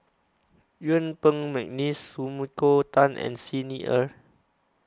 Yuen Peng Mcneice Sumiko Tan and Xi Ni Er